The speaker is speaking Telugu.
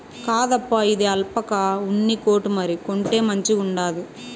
కాదప్పా, ఇది ఆల్పాకా ఉన్ని కోటు మరి, కొంటే మంచిగుండాది